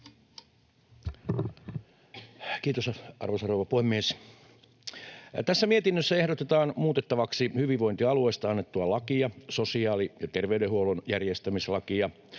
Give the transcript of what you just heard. Kiitos, arvoisa rouva puhemies! Tässä mietinnössä ehdotetaan muutettavaksi hyvinvointialueesta annettua lakia, sosiaali‑ ja terveydenhuollon järjestämislakia,